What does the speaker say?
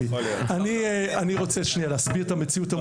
אני רוצה שנייה להסביר את המציאות המורכבת.